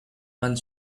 one